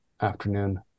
afternoon